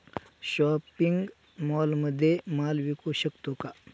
Shopping मॉलमध्ये माल विकू शकतो का?